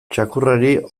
txakurrari